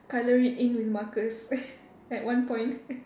colour it in with markers at one point